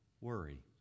worry